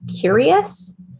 curious